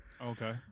okay